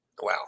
Wow